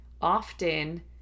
often